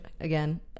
again